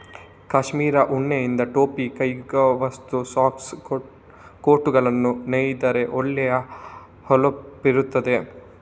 ಕಾಶ್ಮೀರ್ ಉಣ್ಣೆಯಿಂದ ಟೊಪ್ಪಿ, ಕೈಗವಸು, ಸಾಕ್ಸ್, ಕೋಟುಗಳನ್ನ ನೇಯ್ದರೆ ಒಳ್ಳೆ ಹೊಳಪಿರ್ತದೆ